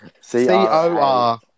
C-O-R